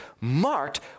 marked